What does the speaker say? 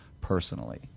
personally